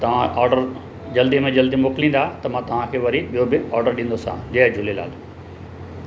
तव्हां ऑडर जल्दी में जल्दी मोकिलींदा त मां तव्हां वरी ॿियों बि ऑर्डर ॾींदोसीं जय झूलेलाल